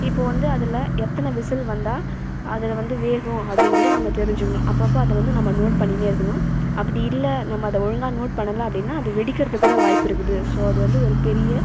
இப்போது வந்து அதில் எத்தனை விசில் வந்தால் அதில் வந்து வேகும் அப்படிங்றத நாங்கள் தெரிஞ்சுக்கணும் அப்போது அப்போது அது வந்து நம்ம நோட் பண்ணின்னே இருக்கணும் அப்படி இல்லை நம்ம அதை ஒழுங்காக நோட் பண்ணலை அப்படின்னால் அது வெடிக்கிறதுக்கு கூட வாய்ப்பிருக்குது ஸோ அது வந்து ஒரு பெரிய